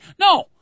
No